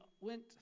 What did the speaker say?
went